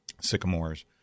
sycamores